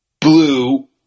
blue